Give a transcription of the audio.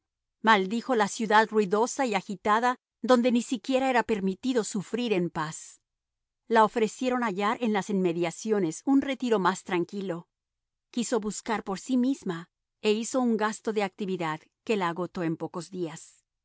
pescadores maldijo la ciudad ruidosa y agitada donde ni siquiera era permitido sufrir en paz la ofrecieron hallar en las inmediaciones un retiro más tranquilo quiso buscar por sí misma e hizo un gasto de actividad que la agotó en pocos días